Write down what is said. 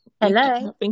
Hello